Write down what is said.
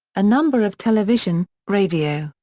a number of television, radio,